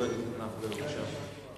חבר הכנסת נפאע.